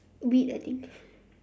wheat I think